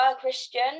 Christian